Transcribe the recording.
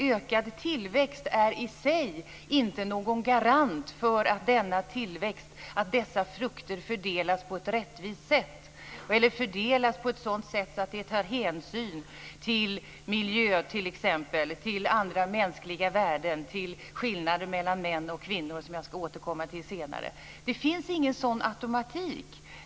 Ökad tillväxt är i sig inte någon garant för att denna tillväxt och dessa frukter fördelas på ett rättvis sätt eller fördelas på ett sådant sätt att det tar hänsyn till t.ex. miljön och andra mänskliga värden, till skillnaden mellan män och kvinnor, som jag ska återkomma till senare. Det finns ingen sådan automatik.